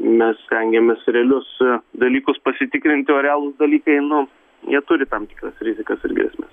mes stengiamės realius dalykus pasitikrinti o realūs dalykai nu jie turi tam tikras rizikas ir grėsmes